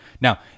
Now